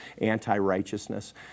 anti-righteousness